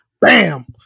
bam